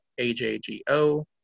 AJGO